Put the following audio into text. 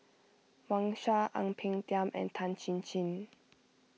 Wang Sha Ang Peng Tiam and Tan Chin Chin